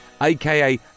aka